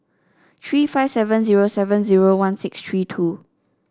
three five seven zero seven zero one six three two